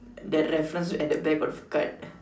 that reference at the back of the card